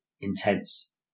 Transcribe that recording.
intense